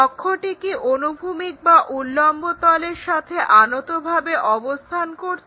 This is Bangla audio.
অক্ষটি কি অনুভূমিক বা উল্লম্ব তলের সাথে আনতভাবে অবস্থান করছে